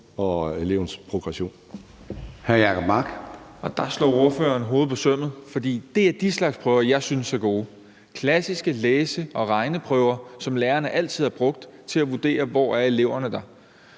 Jacob Mark (SF): Der ramte ordføreren hovedet på sømmet, for det er den slags prøver, jeg synes er gode; klassiske læse- og regneprøver, som lærerne altid har brugt til at vurdere, hvor eleven er.